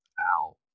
Ow